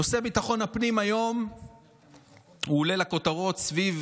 נושא ביטחון הפנים עולה היום לכותרות סביב